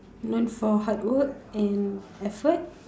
known for hard work and effort